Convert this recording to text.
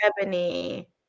Ebony